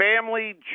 family